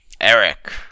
Eric